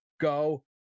go